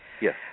Yes